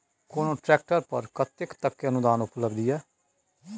कोनो ट्रैक्टर पर कतेक तक के अनुदान उपलब्ध ये?